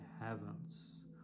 heavens